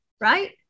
Right